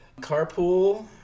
Carpool